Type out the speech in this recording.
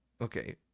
Okay